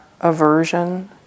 aversion